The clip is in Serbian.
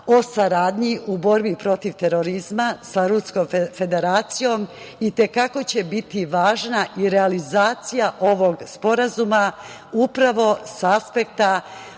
o saradnji u borbi protiv terorizma sa Ruskom Federacijom i te kako će biti važna i realizacija ovog sporazuma upravo sa apsekta